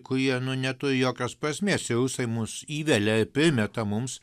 kurie nu neturi jokios prasmės ir rusai mus įvelia primeta mums